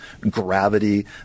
Gravity